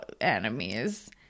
enemies